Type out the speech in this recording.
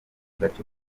gace